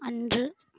அன்று